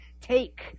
Take